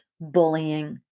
bullying